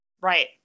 Right